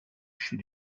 chez